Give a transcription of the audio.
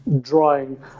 drawing